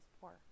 poor